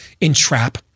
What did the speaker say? entrap